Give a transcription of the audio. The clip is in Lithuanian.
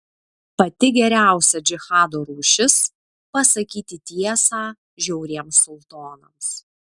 pati geriausia džihado rūšis pasakyti tiesą žiauriems sultonams